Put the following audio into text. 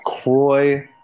Croy